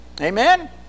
Amen